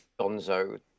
Donzo